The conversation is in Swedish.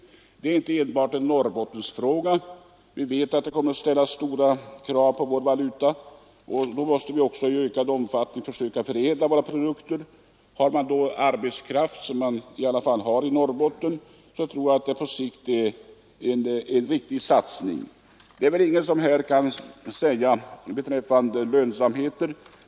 Det är alltså inte enbart en Norrbottensfråga. Vi vet att det kommer att ställas krav på vår valuta, och därför måste vi i ökad omfattning försöka förädla våra produkter. Har man då arbetskraft — vilket man har i Norrbotten — tror jag att det på sikt är en riktig satsning. Det är väl ingen här som kan uttala sig om lönsamheten.